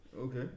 Okay